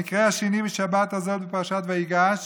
המקרה השני, בשבת הזאת, פרשת ויגש,